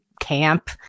camp